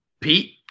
Pete